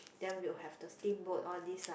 then we'll have the steamboat all this lah